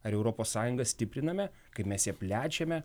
ar europos sąjunga stipriname kaip mes ją plečiame